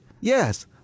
yes